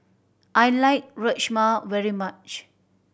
I like Rajma very much